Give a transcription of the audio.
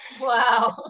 Wow